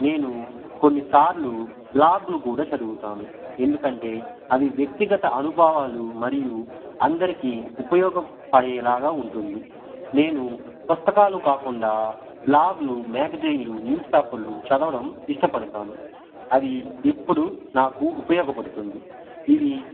నేను కొన్నిసార్లు బ్లాగ్ను కూడా చదువుతాను ఎందుకంటే అవి వ్యక్తిగత అనుభవాలు మరియు అందరికీ ఉపయోగపడేలాగా ఉంటుంది నేను పుస్తకాలు కాకుండా బ్లాగ్లు మ్యాగజైన్లు న్యూస్ పేపర్లు చదవడం ఇష్టపడతాను అవి ఎప్పుడూ నాకు ఉపయోగపడుతుంది ఇవి